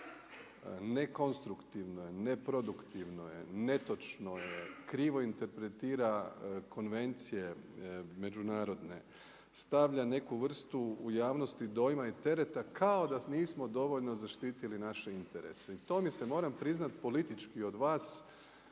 nekonstruktivno, neproduktivno je, netočno je, krivo interpretira konvencije međunarodne, stavlja neku vrstu u javnosti dojma i tereta kao da nismo dovoljno zaštitili naše interese i to mi se moram priznati politički od vas